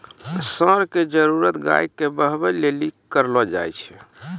साँड़ा के जरुरत गाय के बहबै लेली करलो जाय छै